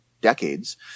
decades